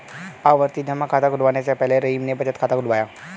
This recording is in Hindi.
आवर्ती जमा खाता खुलवाने से पहले रहीम ने बचत खाता खुलवाया